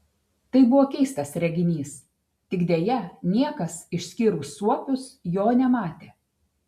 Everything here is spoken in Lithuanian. tai buvo keistas reginys tik deja niekas išskyrus suopius jo nematė